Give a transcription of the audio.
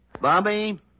Bobby